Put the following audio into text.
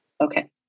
Okay